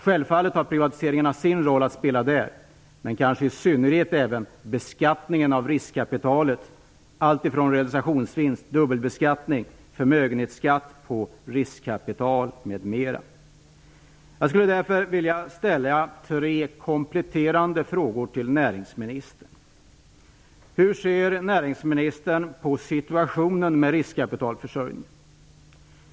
Självfallet spelar privatiseringarna sin roll här, men kanske i synnerhet beskattningen av riskkapitalet, alltifrån realisationsvinst, dubbelbeskattning, förmögenhetsskatt på riskkapital m.m. För det första: Hur ser näringsministern på situationen med riskkapitalförsörjningen?